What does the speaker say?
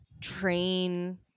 train